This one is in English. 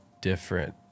different